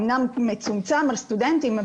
אומנם מצומצם על סטודנטים,